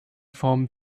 vom